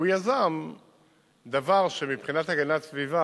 והוא יזם דבר שמבחינת הגנת סביבה,